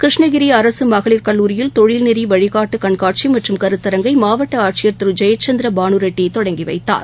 கிருஷ்ணகிரிஅரசுமகளிர் தொழில்நெறிவழிகாட்டுகண்காட்சிமற்றும் கருத்தரங்கை மாவட்டஆட்சியர் திருஜெயச்சந்திரபானுரெட்டி தொடங்கிவைத்தார்